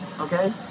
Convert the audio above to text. okay